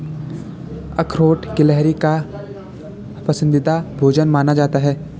अखरोट गिलहरी का पसंदीदा भोजन माना जाता है